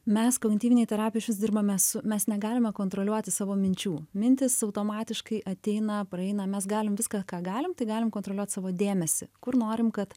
mes kognityvinėj terapijoj išvis dirbame su mes negalime kontroliuoti savo minčių mintys automatiškai ateina praeina mes galim viską ką galim tai galim kontroliuot savo dėmesį kur norim kad